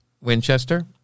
Winchester